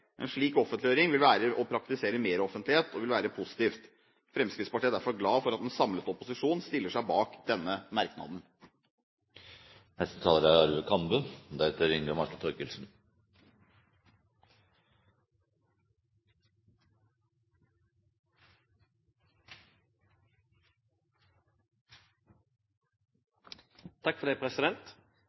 en slik offentliggjøring. Det er et synspunkt Fremskrittspartiet deler. En slik offentliggjøring vil være å praktisere meroffentlighet og vil være positivt. Fremskrittspartiet er derfor glad for at en samlet opposisjon stiller seg bak denne merknaden. Finansmarkedsmeldingen for